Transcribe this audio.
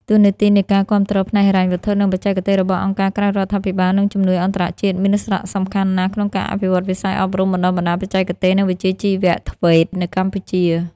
តួនាទីនៃការគាំទ្រផ្នែកហិរញ្ញវត្ថុ និងបច្ចេកទេសរបស់អង្គការក្រៅរដ្ឋាភិបាល និងជំនួយអន្តរជាតិមានសារៈសំខាន់ណាស់ក្នុងការអភិវឌ្ឍវិស័យអប់រំបណ្តុះបណ្តាលបច្ចេកទេស និងវិជ្ជាជីវៈ (TVET) នៅកម្ពុជា។